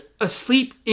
asleep